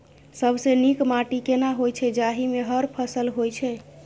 सबसे नीक माटी केना होय छै, जाहि मे हर फसल होय छै?